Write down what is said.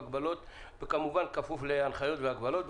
כמובן כפוף להנחיות והגבלות,